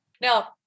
now